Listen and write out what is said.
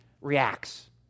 reacts